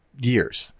years